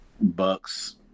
bucks